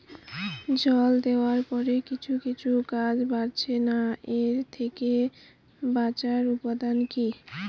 জল দেওয়ার পরে কিছু কিছু গাছ বাড়ছে না এর থেকে বাঁচার উপাদান কী?